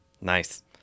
Nice